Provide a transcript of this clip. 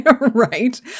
Right